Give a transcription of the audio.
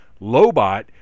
Lobot